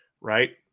right